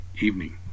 evening